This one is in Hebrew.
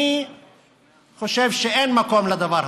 אני חושב שאין מקום לדבר הזה.